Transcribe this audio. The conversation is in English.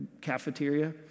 cafeteria